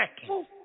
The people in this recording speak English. second